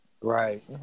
Right